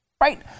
Right